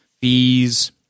fees